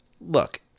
look